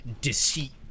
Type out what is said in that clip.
deceit